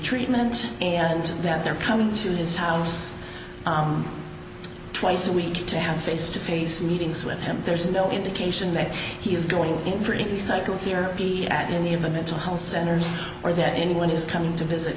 treatment and that they're coming to his house twice a week to have a face to face meetings with him there's no indication that he is going in for executive here be at any of a mental health centers or that anyone is coming to visit